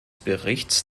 berichts